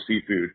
Seafood